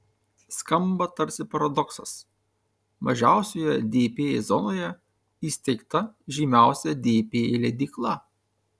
skamba tarsi paradoksas mažiausioje dp zonoje įsteigta žymiausia dp leidykla